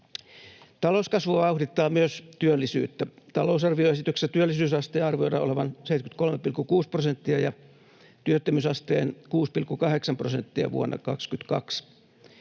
Talouskasvu vauhdittaa myös työllisyyttä. Talousarvioesityksessä työllisyysasteen arvioidaan olevan 73,6 prosenttia ja työttömyysasteen 6,8 prosenttia vuonna 22.